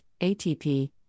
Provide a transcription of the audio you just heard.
ATP